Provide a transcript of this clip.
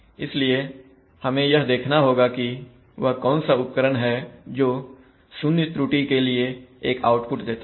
इसलिए हमें यह देखना होगा कि वह कौन सा उपकरण है जो शून्य त्रुटि के लिए एक आउटपुट देता है